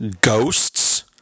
ghosts